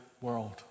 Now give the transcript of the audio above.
world